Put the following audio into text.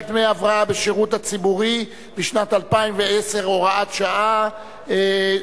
דמי הבראה בשירות הציבורי בשנת 2010 (הוראת שעה),